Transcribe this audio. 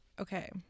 Okay